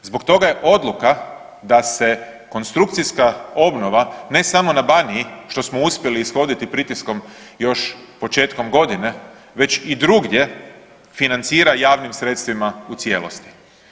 Zbog toga je odluka da se konstrukcijska obnova ne samo na Baniji što smo uspjeli ishoditi pritiskom još početkom godine već i drugdje financira javnim sredstvima u cijelosti.